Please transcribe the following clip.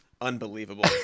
Unbelievable